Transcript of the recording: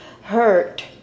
hurt